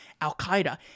Al-Qaeda